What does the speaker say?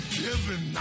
given